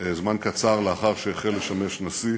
זמן קצר לאחר שהחל לשמש נשיא.